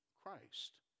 Christ